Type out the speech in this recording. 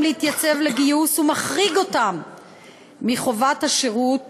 להתייצב לגיוס ומחריג אותם מחובת השירות